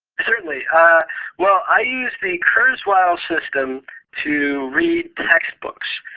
certainly. ah well, i use the kurzweil system to read textbooks.